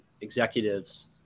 executives